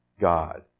God